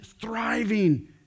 thriving